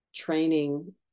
training